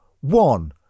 One